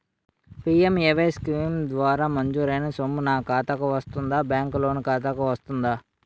PMAY scheme ద్వారా మంజూరైన సొమ్ము నా ఖాతా కు వస్తుందాబ్యాంకు లోన్ ఖాతాకు వస్తుందా?